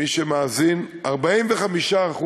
מי שמאזין: 45%,